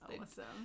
Awesome